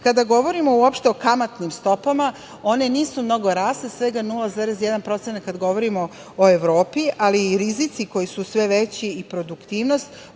2,7%.Kada govorimo uopšte o kamatnim stopama, one nisu mnogo rasle, svega 0,1% kada govorimo o Evropi, ali i rizici koji su sve veći i produktivnost,